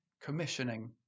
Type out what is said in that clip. commissioning